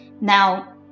Now